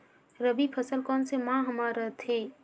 रबी फसल कोन सा माह म रथे?